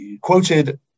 quoted